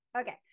Okay